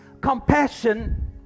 Compassion